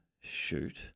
shoot